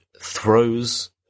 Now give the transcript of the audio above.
throws